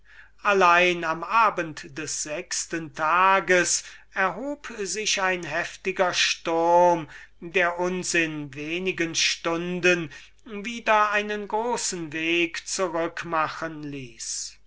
allein am abend des sechsten tages erhob sich ein heftiger sturm der uns in wenigen stunden wieder einen großen weg zurück machen ließ